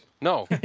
No